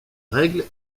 règle